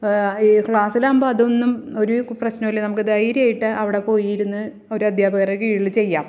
ഈ ക്ലാസിലാകുമ്പോൾ അതൊന്നും ഒരു പ്രശ്നനമില്ല നമുക്ക് ധൈര്യമായിട്ട് അവിടെ പോയിരുന്ന് ഒരു അധ്യാപകരെ കീഴിൽ ചെയ്യാം